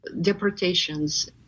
Deportations